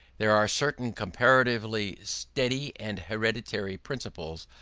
there are certain comparatively steady and hereditary principles,